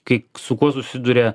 kai su kuo susiduria